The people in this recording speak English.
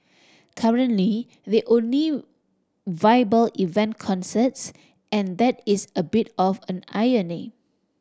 currently the only viable event concerts and that is a bit of an irony